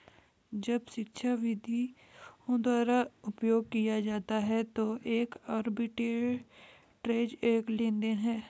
जब शिक्षाविदों द्वारा उपयोग किया जाता है तो एक आर्बिट्रेज एक लेनदेन है